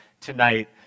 tonight